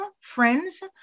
friends